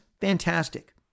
fantastic